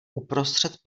uprostřed